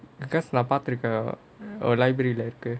நான் பாத்து இருக்கேன்:naan paathu irukkaen library leh இருக்கு:irukku